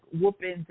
whoopings